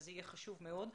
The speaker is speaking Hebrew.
זה יהיה חשוב מאוד.